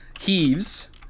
heaves